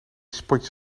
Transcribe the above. spotjes